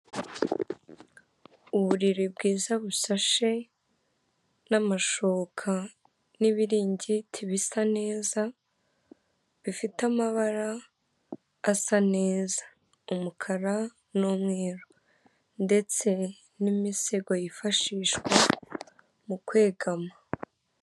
Uburiri bwiza busashe n'amashuka n'ibiringiti bisa neza, bifite amabara asa neza, umukara n'umweru, ndetse n'imisego yifashishwa mu kwegama.